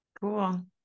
Cool